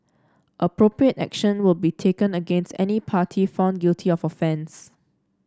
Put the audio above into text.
appropriate action will be taken against any party found guilty of offence